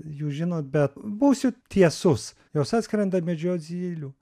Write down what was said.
jūs žinot bet būsiu tiesus jos atskrenda medžiot zylių